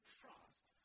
trust